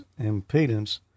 impedance